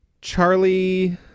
Charlie